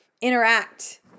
interact